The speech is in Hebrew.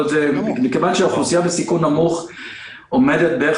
אבל מכיוון שאוכלוסייה בסיכון נמוך עומדת בערך